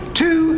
two